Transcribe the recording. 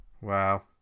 Wow